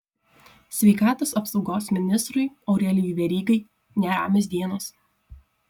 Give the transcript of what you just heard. sveikatos apsaugos ministrui aurelijui verygai neramios dienos